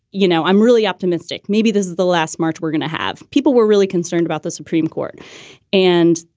you know, i'm really optimistic. maybe this is the last march we're going to have. people were really concerned about the supreme court and,